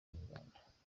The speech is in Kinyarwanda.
inyarwanda